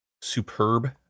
superb